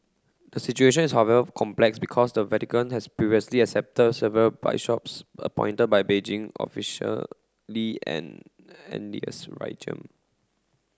the situation is however complex because the Vatican has previously accepted several bishops appointed by Beijing officially an